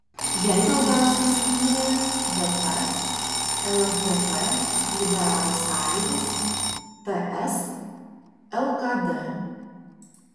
jai daugiausiai skyrė dp lsdp liberalų sąjūdis ts lkd